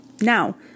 Now